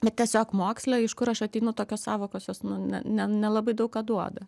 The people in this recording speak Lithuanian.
bet tiesiog moksle iš kur aš ateinu tokios sąvokos jos nu ne ne nelabai daug ką duoda